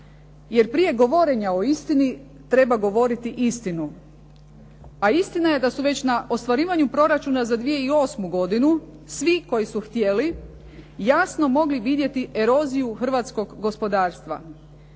Jer, prije govorenja o istini treba govoriti istinu a istina je da su već na ostvarivanju proračuna za 2008. godinu svi koji su htjeli jasno mogli vidjeti eroziju hrvatskog gospodarstva